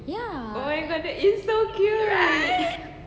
ya right